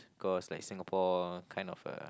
cause like Singapore kind of uh